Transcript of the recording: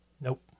nope